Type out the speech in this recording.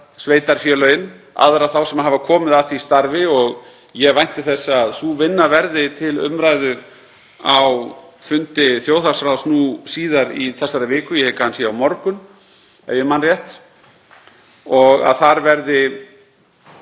sveitarfélögin og aðra þá sem hafa komið að því starfi. Ég vænti þess að sú vinna verði til umræðu á fundi þjóðhagsráðs nú síðar í þessari viku. Ég hygg að hann sé á morgun, ef ég man rétt, og þar verði